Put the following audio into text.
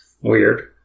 Weird